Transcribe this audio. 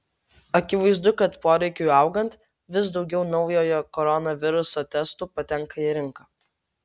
akivaizdu kad poreikiui augant vis daugiau naujojo koronaviruso testų patenka į rinką